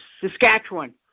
Saskatchewan